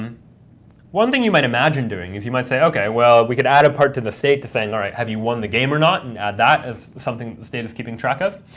one thing you might imagine doing is you might say, ok, well, we could add a part to the state to say, and all right, have you won the game or not, and add that as something the state is keeping track of.